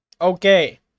Okay